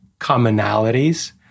commonalities